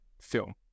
film